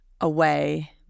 away